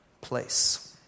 place